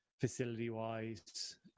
facility-wise